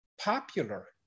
popular